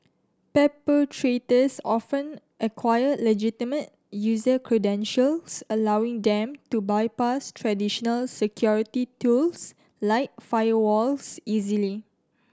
perpetrators often acquire legitimate user credentials allowing them to bypass traditional security tools like firewalls easily